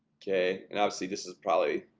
okay and obviously this is probably